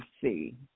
see